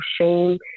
shame